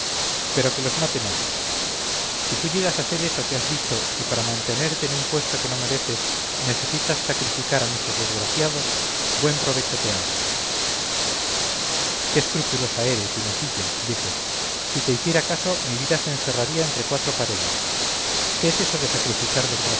pero que los maten otros si tú llegas a ser eso que has dicho y para mantenerte en un puesto que no mereces necesitas sacrificar a muchos desgraciados buen provecho te haga qué escrupulosa eres inesilla dije si te hiciera caso mi vida se encerraría entre cuatro paredes qué es eso de sacrificar